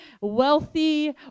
wealthy